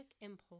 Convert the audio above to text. impulse